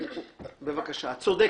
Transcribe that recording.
את צודקת.